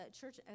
church